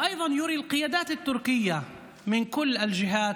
וגם כדי להראות להנהגה הטורקית מכל הצדדים,